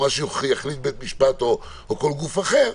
או מה שיחליט בית המשפט או כל גוף אחר,